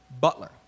Butler